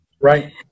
Right